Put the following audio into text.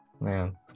man